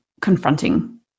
confronting